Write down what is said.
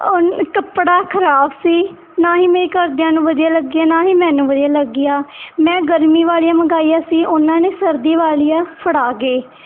ਉਨ ਕੱਪੜਾ ਖਰਾਬ ਸੀ ਨਾ ਹੀ ਮੇਰੇ ਘਰਦਿਆਂ ਨੂੰ ਵਧੀਆ ਲੱਗਿਆ ਨਾ ਹੀ ਮੈਨੂੰ ਵਧੀਆ ਲੱਗਿਆ ਮੈਂ ਗਰਮੀ ਵਾਲੀਆਂ ਮੰਗਾਈਆਂ ਸੀ ਉਹਨਾਂ ਨੇ ਸਰਦੀ ਵਾਲੀਆਂ ਫੜਾ ਗਏ